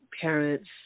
parents